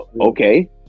okay